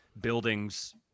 buildings